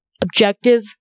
objective